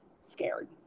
scared